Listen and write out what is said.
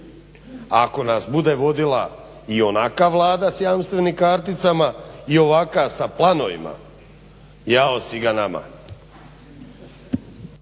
ako nas bude vodila i onakva vlada sa jamstvenim karticama i ovakva sa planovima, jao si ga nama.